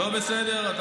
לא בסדר, זה